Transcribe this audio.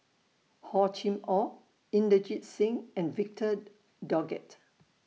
Hor Chim Or Inderjit Singh and Victor Doggett